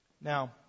Now